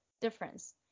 difference